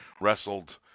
wrestled